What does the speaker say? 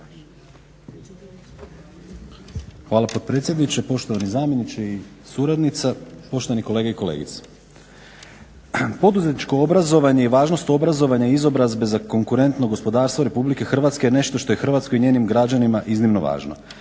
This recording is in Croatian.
hvala potpredsjedniče, poštovani zamjeniče i suradnica, poštovani kolege i kolegice. Poduzetničko obrazovanje i važnost obrazovanja izobrazbe za konkurentno gospodarstvo RH je nešto što je Hrvatskoj i njenim građanima iznimno važno,